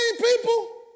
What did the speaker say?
people